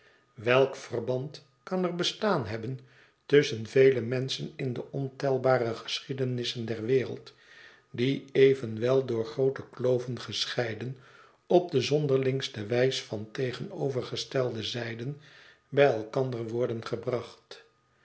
welk verband kan er bestaan hebben tusschen vele menschen in de ontelbare geschiedenissen der wereld die evenwel door groote kloven gescheiden op de zonderlingste wijs van tegenovergestelde zijden bij elkander worden gebracht